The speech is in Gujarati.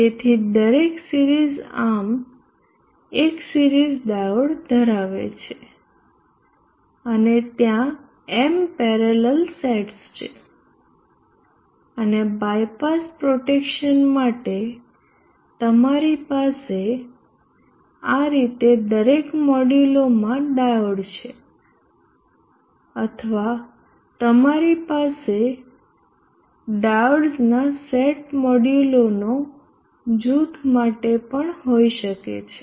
તેથી દરેક સિરીઝ આર્મ એક સિરીઝ ડાયોડ ધરાવે છે અને ત્યાં M પેરેલલ સેટ્સ છે અને બાયપાસ પ્રોટેક્શન માટે તમારી પાસે આ રીતે દરેક મોડ્યુલોમાં ડાયોડ છે અથવા તમારી પાસે ડાયોડ્સના સેટ મોડ્યુલોના જૂથ માટે પણ હોઈ શકે છે